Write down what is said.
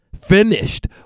Finished